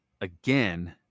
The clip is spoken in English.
again